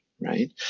right